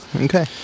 okay